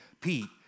Pete